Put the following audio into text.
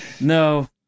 No